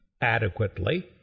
adequately